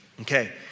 Okay